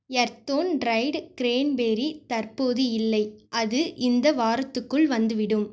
Earthon dried cranberry தற்போது இல்லை அது இந்த வாரத்துக்குள் வந்துவிடும்